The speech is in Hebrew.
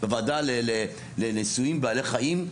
בוועדה לניסויים בבעלי חיים,